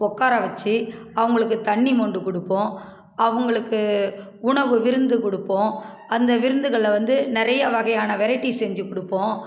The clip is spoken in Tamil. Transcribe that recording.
உக்கார வச்சு அவங்களுக்கு தண்ணி மொண்டு கொடுப்போம் அவங்களுக்கு உணவு விருந்து கொடுப்போம் அந்த விருந்துகளில் வந்து நிறைய வகையான வெரைட்டீஸ் செஞ்சிக்கொடுப்போம்